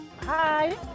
Hi